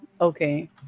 Okay